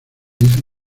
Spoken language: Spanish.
hizo